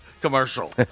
commercial